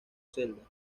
celda